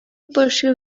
pursue